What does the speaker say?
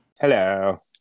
Hello